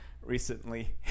recently